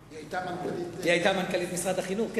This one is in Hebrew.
רונית תירוש היתה מנכ"לית משרד החינוך.